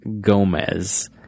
Gomez